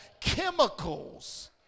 chemicals